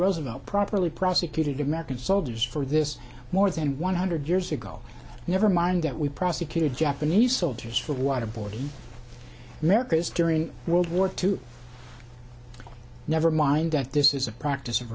roosevelt properly prosecuted american soldiers for this more than one hundred years ago never mind that we prosecuted japanese soldiers for waterboarding america's during world war two never mind that this is a practice of